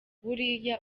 buriya